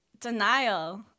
Denial